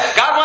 God